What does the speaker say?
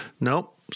Nope